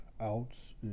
Outs